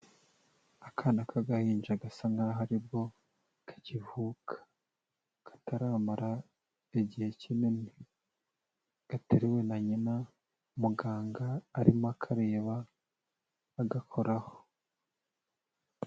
Akana k'agahinja gasa nk'aho ari bwo kakivuka kataramara igihe kinini, gateruwe na nyina ,muganga arimo akareba, agakoraho.